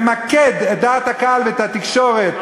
למקד את דעת הקהל ואת התקשורת,